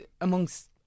amongst